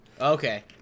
Okay